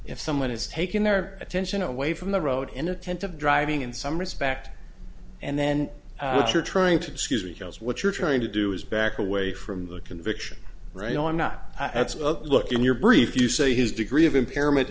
if someone is taking their attention away from the road inattentive driving in some respect and then what you're trying to excuse reveals what you're trying to do is back away from the conviction right on not look in your brief you say his degree of impairment